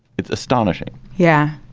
it's astonishing yeah.